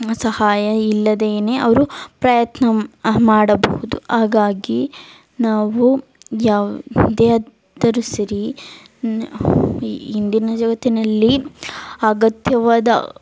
ಸಹಾಯ ಇಲ್ಲದೆಯೇ ಅವರು ಪ್ರಯತ್ನ ಮಾಡಬಹುದು ಹಾಗಾಗಿ ನಾವು ಯಾವ್ದಾದರೂ ಸರಿ ಇಂದಿನ ಜಗತ್ತಿನಲ್ಲಿ ಅಗತ್ಯವಾದ